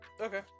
okay